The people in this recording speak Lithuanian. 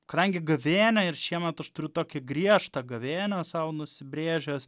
kadangi gavėnią ir šiemet aš turiu tokią griežtą gavėnią sau nusibrėžęs